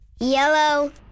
Yellow